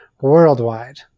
worldwide